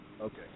Okay